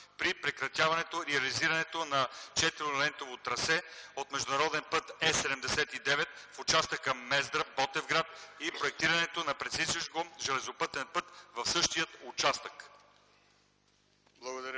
при прекратяването и реализирането на 4-лентовото трасе от международен път Е 79 в участъка Мездра-Ботевград и проектирането на пресичащ го железопътен път в същия участък. ГЕОРГИ